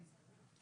כן.